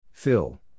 Phil